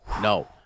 No